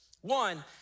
One